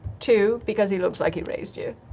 two? because he looks like he raised you.